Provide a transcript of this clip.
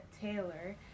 Taylor